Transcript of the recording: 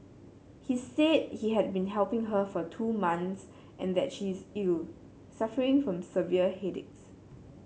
he said he had been helping her for two months and that she is ill suffering from severe headaches